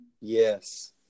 Yes